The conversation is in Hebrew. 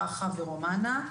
ברכה ורומנה.